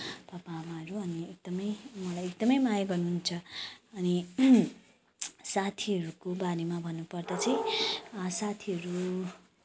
पापा आमाहरू अनि एकदमै मलाई एकदमै माया गर्नुहुन्छ अनि साथीहरूको बारेमा भन्नुपर्दा चाहिँ साथीहरू